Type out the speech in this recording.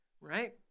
right